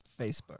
Facebook